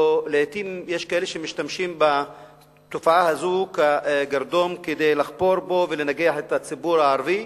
לעתים יש כאלה שמשתמשים בתופעה כקרדום לחפור בו ולנגח את הציבור הערבי,